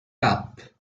cup